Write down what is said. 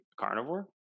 carnivore